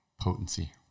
potency